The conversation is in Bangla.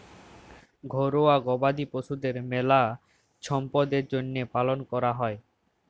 ঘরুয়া গবাদি পশুদের মেলা ছম্পদের জ্যনহে পালন ক্যরা হয়